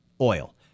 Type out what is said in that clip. oil